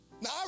Now